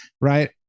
right